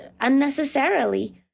unnecessarily